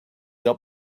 can